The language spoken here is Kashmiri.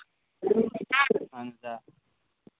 اَہن حظ آ